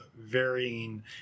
varying